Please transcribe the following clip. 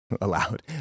Allowed